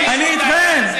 אני אתכם.